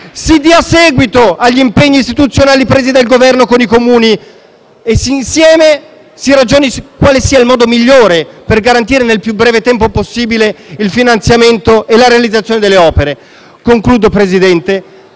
si dia seguito agli impegni istituzionali presi dal Governo con i Comuni e, insieme, si ragioni su quale sia il modo migliore per garantire nel più breve tempo possibile il finanziamento e la realizzazione delle opere. *(Applausi